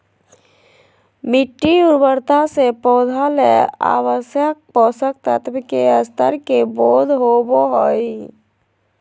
मिटटी उर्वरता से पौधा ले आवश्यक पोषक तत्व के स्तर के बोध होबो हइ